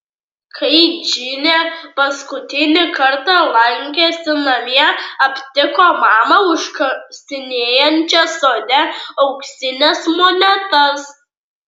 kai džinė paskutinį kartą lankėsi namie aptiko mamą užkasinėjančią sode auksines monetas